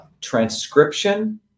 transcription